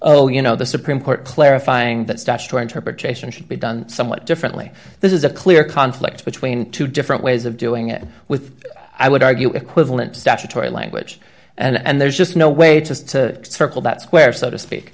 oh you know the supreme court clarifying that statutory interpretation should be done somewhat differently this is a clear conflict between two different ways of doing it with i would argue equivalent statutory language and there's just no way to circle that square so to speak